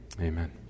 Amen